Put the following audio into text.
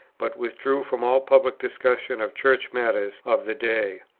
but withdrew from all public discussion of church matters of the day,